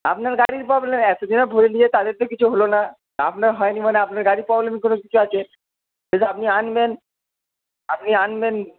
আপনার গাড়ির প্রবলেম এতজন ভরে তাদের তো কিছু হলো না আপনার হয়নি মানে আপনার গাড়ির প্রবলেম কোনো কিছু আছে আপনি আনবেন আপনি আনবেন